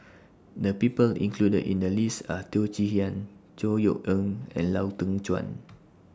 The People included in The list Are Teo Chee Hean Chor Yeok Eng and Lau Teng Chuan